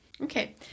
Okay